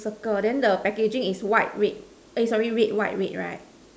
circle then the packaging is white red eh sorry red white red right